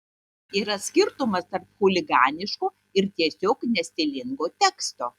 yra skirtumas tarp chuliganiško ir tiesiog nestilingo teksto